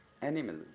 Animal